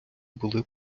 були